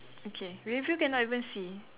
okay rear view cannot even see